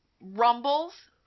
rumbles